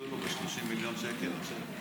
שיפצו לו ב-30 מיליון שקל.